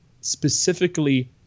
Specifically